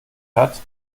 hat